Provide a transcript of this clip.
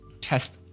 test